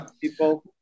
People